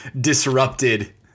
disrupted